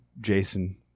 jason